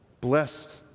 Blessed